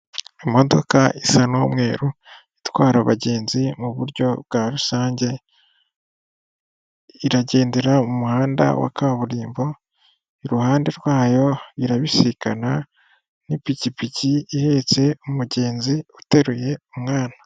Imodoka isa n'umweru itwara abagenzi mu buryo bwa rusange iragendera mu muhanda wa kaburimbo, iruhande rwayo irabisikana n'ipikipiki ihetse umugenzi uteruye umwana.